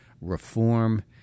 reform